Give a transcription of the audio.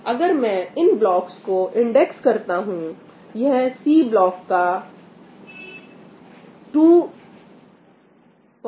अगर मैं इन ब्लॉकस को इंडेक्स करता हूं यह C ब्लॉक का22 भाग है